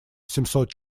семьсот